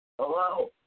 Hello